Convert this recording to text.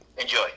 enjoy